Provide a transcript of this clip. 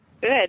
Good